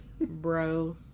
Bro